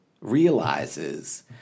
realizes